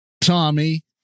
Tommy